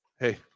hey